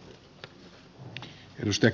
arvoisa herra